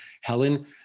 Helen